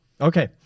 okay